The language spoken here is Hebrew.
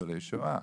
ניצולי שואה.